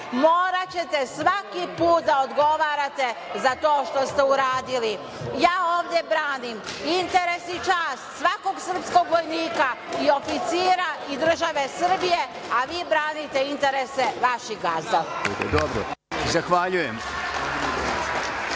moraćete svaki put da odgovarate za to što ste uradili. Ja ovde branim interes i čast svakog srpskog vojnika i oficira i države Srbije, a vi branite interese vaših gazda.